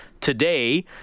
today